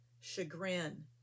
chagrin